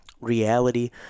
reality